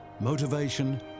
motivation